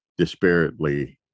disparately